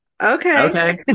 okay